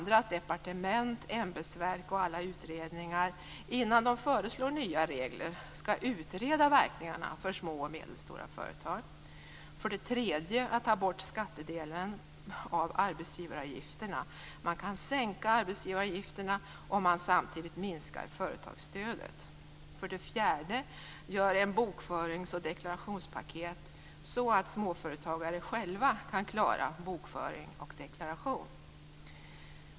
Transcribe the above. Departement, ämbetsverk och alla utredningar skall, innan de föreslår nya regler, utreda verkningarna för små och medelstora företag. 3. Ta bort skattedelen av arbetsgivaravgifterna. Man kan sänka arbetsgivaravgifterna om man samtidigt minskar företagsstödet. 4. Gör ett bokförings och deklarationspaket så att småföretagare själva kan klara bokföring och deklaration.